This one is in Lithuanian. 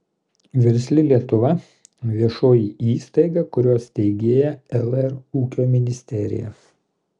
versli lietuva viešoji įstaiga kurios steigėja lr ūkio ministerija